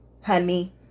honey